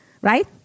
right